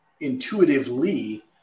intuitively